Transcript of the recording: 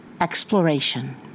exploration